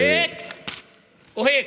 הק והק.